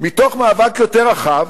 מתוך מאבק יותר רחב